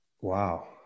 Wow